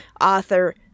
Author